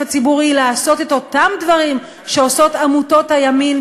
הציבורי לעשות את אותם דברים שעושות עמותות הימין,